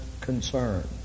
Concern